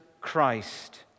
Christ